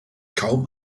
kaum